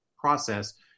process